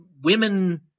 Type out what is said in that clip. women